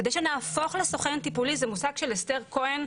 כדי שנהפוך לסוכן הטיפולי, זה מושג של אסתר כהן,